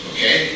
Okay